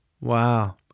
Wow